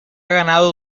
ganado